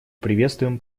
приветствуем